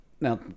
now